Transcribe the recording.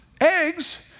Eggs